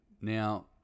Now